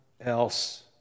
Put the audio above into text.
else